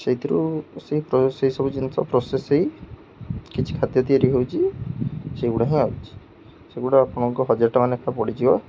ସେଇଥିରୁ ସେଇ ସେଇ ସବୁ ଜିନିଷ ପ୍ରୋସେସ୍ ହେଇ କିଛି ଖାଦ୍ୟ ତିଆରି ହେଉଛି ସେଗୁଡ଼ା ହିଁ ଆଉଛି ସେଗୁଡ଼ା ଆପଣଙ୍କୁ ହଜାର ଟଙ୍କା ଲେଖା ପଡ଼ିଯିବ